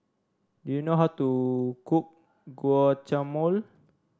do you know how to cook Guacamole